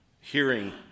hearing